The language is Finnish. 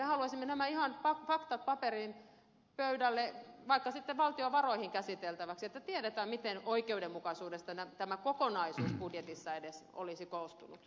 me haluaisimme ihan nämä faktat paperiin pöydälle vaikka valtiovaroihin käsiteltäväksi että tiedetään miten paljon oikeudenmukaisuudesta tämä kokonaisuus budjetissa edes olisi koostunut j